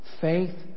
faith